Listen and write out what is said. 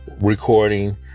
Recording